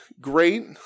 great